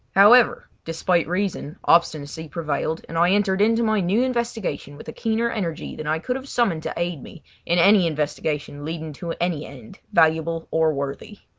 however, despite reason, obstinacy prevailed, and i entered into my new investigation with a keener energy than i could have summoned to aid me in any investigation leading to any end, valuable or worthy.